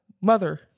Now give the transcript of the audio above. Mother